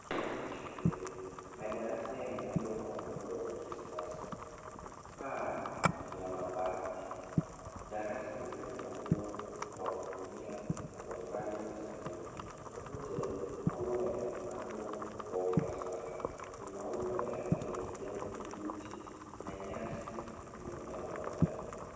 Mazingira ni ya shuleni. Madarasa yameundwa kwa muundo wa kisasa. Paa ni ya mabati. Darasa zimeundwa kwa kutumia matofali na simiti. Nje maua yamepandwa kwa ufasaha. Ni maua ya rangi ya kijani kibichi na nyasi imemea uwanjani.